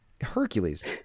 Hercules